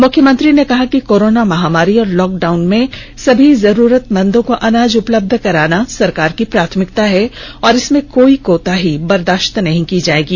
मुख्यमंत्री ने कहा कि कोरोना महामारी और लॉकडाउन में सभी जरूरतमंदों को अनाज उपलब्ध कराना सरकार की प्राथमिकता है और इसमें कोई कोताही बर्दाष्त नहीं की जाएगी